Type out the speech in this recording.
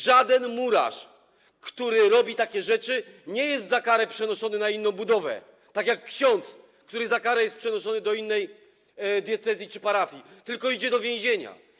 Żaden murarz, który robi takie rzeczy, nie jest za karę przenoszony na inną budowę tak jak ksiądz, który za karę jest przenoszony do innej diecezji czy parafii, tylko idzie do więzienia.